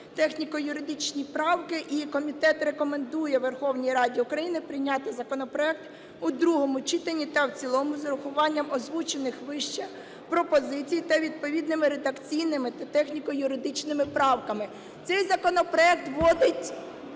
техніко-юридичні правки і комітет рекомендує Верховній Раді України прийняти законопроект у другому читанні та в цілому з врахуванням озвучених вище пропозицій та відповідними редакційними техніко-юридичними правками. Цей законопроект вводить